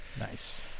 Nice